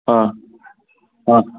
आं आं